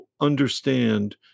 understand